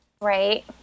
right